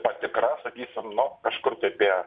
patikra sakysim nu kažkur tai apie